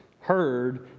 heard